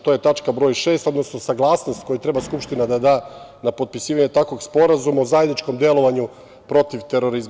To je tačka broj šest, odnosno saglasnost koju treba Skupština da da na potpisivanje takvog Sporazuma o zajedničkom delovanju protiv terorizma.